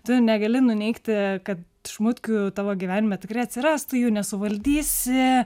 tu negali nuneigti kad šmutkių tavo gyvenime tikrai atsiras tu jų nesuvaldysi